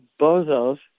Bozo's